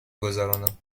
گذرانم